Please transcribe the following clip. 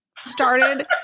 started